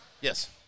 Yes